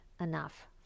enough